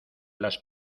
las